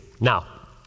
Now